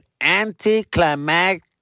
Anticlimactic